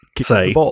Say